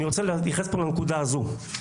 אני רוצה להתייחס לנקודה הזו.